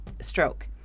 stroke